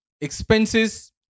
expenses